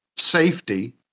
safety